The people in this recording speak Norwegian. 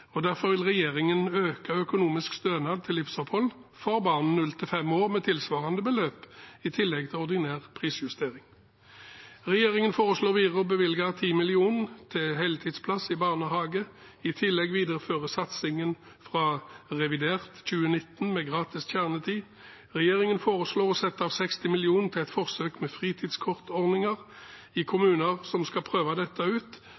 gode. Derfor vil regjeringen øke økonomisk stønad til livsopphold for barn i alderen 0–5 år med tilsvarende beløp, i tillegg til ordinær prisjustering. Regjeringen foreslår videre å bevilge 10 mill. kr til heltidsplass i barnehage. I tillegg videreføres satsingen fra revidert budsjett 2019 med gratis kjernetid. Regjeringen foreslår å sette av 60 mill. kr til et forsøk med fritidskortordninger, i kommuner som skal prøve dette ut